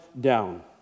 down